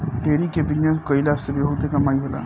dairy के business कईला से बहुते कमाई होला